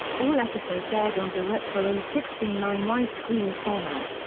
all episodes aired on directv are in sixteen nine widescreen format,